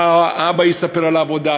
האבא יספר על העבודה,